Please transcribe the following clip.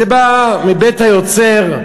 זה בא מבית היוצר,